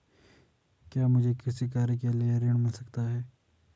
क्या मुझे कृषि कार्य के लिए ऋण मिल सकता है?